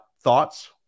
thoughts